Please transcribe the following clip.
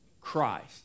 Christ